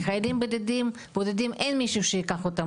לחיילים בודדים אין מישהו שייקח אותם